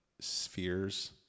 spheres